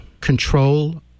control